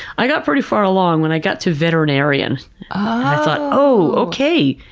i got pretty far along. when i got to veterinarian i thought, oh, okay,